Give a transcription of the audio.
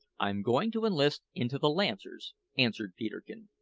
i'm going to enlist into the lancers, answered peterkin.